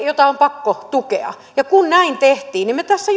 jota on pakko tukea ja näin tehtiin ja me tässä